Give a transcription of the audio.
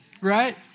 right